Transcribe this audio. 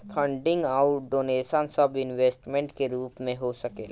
funding अउर donation सब investment के रूप में हो सकेला